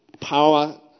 power